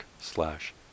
slash